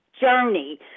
Journey